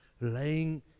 laying